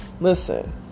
Listen